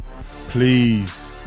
Please